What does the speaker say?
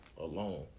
alone